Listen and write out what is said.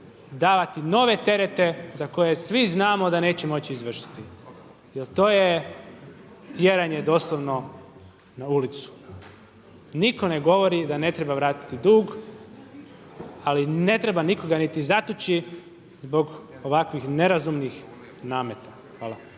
davati nove terete za koje svi znamo da neće moći izvršiti jel to je tjeranje doslovno na ulicu. Nitko ne govori da ne treba vratiti dug, ali ne treba nikoga niti zatući zbog ovakvih nerazumnih nameta. Hvala.